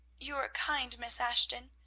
your kind, miss ashton.